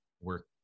work